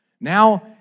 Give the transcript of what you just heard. Now